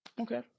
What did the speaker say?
okay